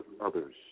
others